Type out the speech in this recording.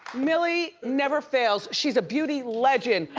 milly never fails. she's a beauty legend.